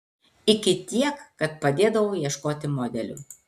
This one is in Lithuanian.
iki tiek kad padėdavau ieškoti modelių